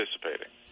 participating